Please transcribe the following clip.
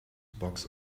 box